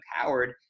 empowered